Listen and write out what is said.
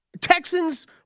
Texans